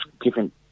different